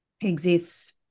exists